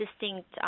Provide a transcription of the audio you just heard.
distinct